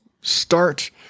start